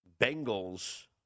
Bengals